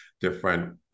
different